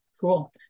Cool